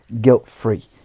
guilt-free